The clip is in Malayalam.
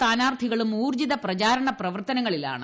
സ്ഥാനാർത്ഥികളും ഊർജ്ജിത പ്രചാരണ പ്രവർത്തനങ്ങളിലാണ്